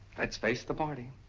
let's face the party.